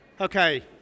Okay